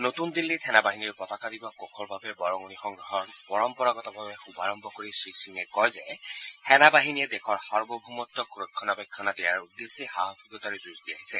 নতুন দিল্লীত সেনা বাহিনীৰ পতাকা দিৱস কোষৰ বাবে বৰঙণি সংগ্ৰহৰ পৰম্পৰাগতভাৱে শুভাৰভ কৰি শ্ৰীসিঙে কয় যে সেনা বাহিনীয়ে দেশৰ সাৰ্বভৌমত্বক ৰক্ষণাবেক্ষণ দিয়াৰ উদ্দেশ্যে সাহসিকতাৰে যুঁজ দি আহিছে